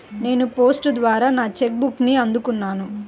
నేను పోస్ట్ ద్వారా నా చెక్ బుక్ని అందుకున్నాను